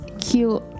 cute